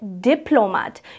diplomat